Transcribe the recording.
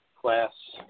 Class